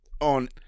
on